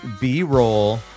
B-roll